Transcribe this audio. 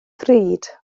ddrud